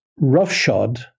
roughshod